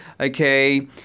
okay